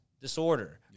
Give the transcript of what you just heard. disorder